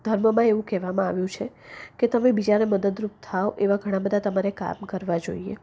ધર્મમાં એવું કહેવામાં આવ્યું છે કે તમે બીજાને મદદરૂપ થાઓ એવાં ઘણાં બધા તમારે કામ કરવા જોઈએ